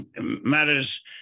matters